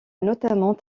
notamment